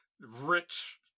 rich